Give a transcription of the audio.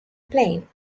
plane